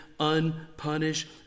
Unpunished